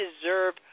deserve